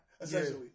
essentially